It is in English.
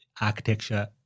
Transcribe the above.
architecture